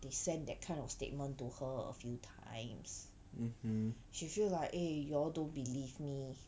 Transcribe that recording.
the send that kind of statement to her a few times she feel like eh you all don't believe me